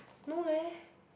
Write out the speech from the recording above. no leh